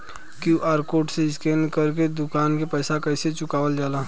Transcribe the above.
QR code से scan कर के दुकान के पैसा कैसे चुकावल जाला?